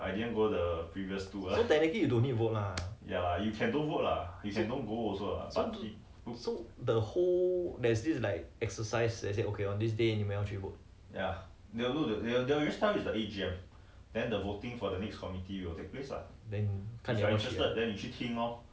so literally 你们会去 vote ah so technically you don't need go ah so the whole there is like exercise that say ok on this day 你们要去 vote